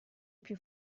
più